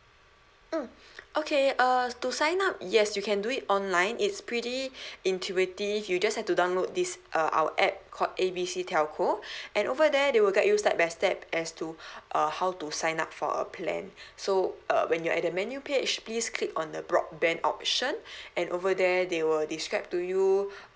mm okay uh to sign up yes you can do it online it's pretty intuitive you just have to download this uh our app called A B C telco and over there they will guide you step by step as to err how to sign up for a plan so err when you're at the menu page please click on the broadband option and over there they will describe to you